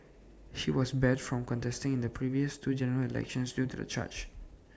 he was barred from contesting in the previous two general elections due to the charge